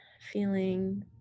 feeling